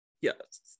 Yes